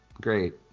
Great